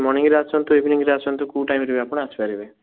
ମର୍ନିଙ୍ଗରେ ଆସନ୍ତୁ ଇଭିନିଙ୍ଗରେ ଆସନ୍ତୁ କେଉଁ ଟାଇମ୍ରେ ବି ଆପଣ ଆସିପାରିବେ